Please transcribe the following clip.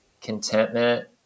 contentment